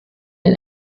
den